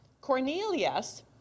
Cornelius